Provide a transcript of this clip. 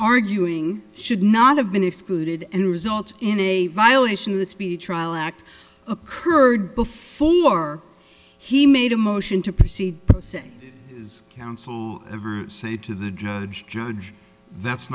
arguing should not have been excluded and results in a violation of the speech trial act occurred before he made a motion to proceed is counsel ever say to the judge judge that's